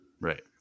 Right